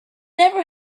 never